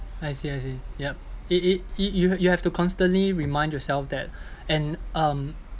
I see I see yeah it it it you you have to constantly remind yourself that and um